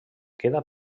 queda